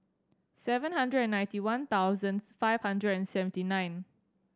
seven hundred and ninety one thousands five hundred and seventy nine